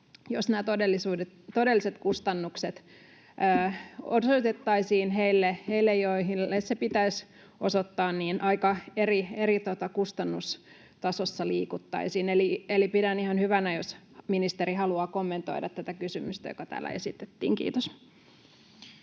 jos nämä todelliset kustannukset osoitettaisiin heille, joille ne pitäisi osoittaa, niin aika eri kustannustasossa liikuttaisiin. Eli pidän ihan hyvänä, jos ministeri haluaa kommentoida tätä kysymystä, joka täällä esitettiin. — Kiitos.